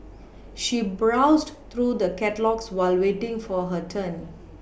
she browsed through the catalogues while waiting for her turn